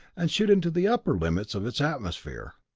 and shoot into the upper limits of its atmosphere.